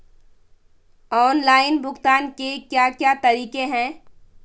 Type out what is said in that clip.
Online भुगतान के क्या क्या तरीके हैं?